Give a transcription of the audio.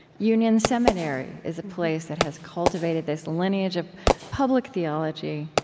union seminary is a place that has cultivated this lineage of public theology.